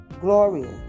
glorious